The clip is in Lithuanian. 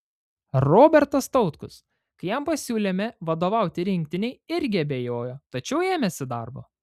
robertas tautkus kai jam pasiūlėme vadovauti rinktinei irgi abejojo tačiau ėmėsi darbo